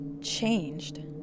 changed